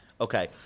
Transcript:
Okay